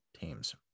teams